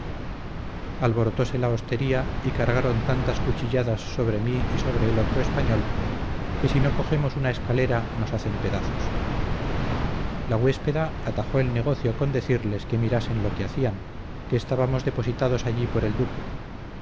herejes alborotose la hostería y cargaron tantas cuchilladas sobre mí y sobre el otro español que si no cogemos una escalera nos hacen pedazos la huéspeda atajó el negocio con decirles que mirasen lo que hacían que estábamos depositados allí por el duque